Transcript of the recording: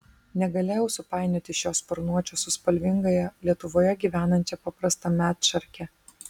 negalėjau supainioti šio sparnuočio su spalvingąja lietuvoje gyvenančia paprasta medšarke